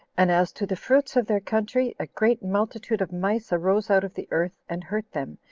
and as to the fruits of their country, a great multitude of mice arose out of the earth and hurt them,